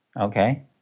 Okay